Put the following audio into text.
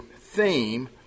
theme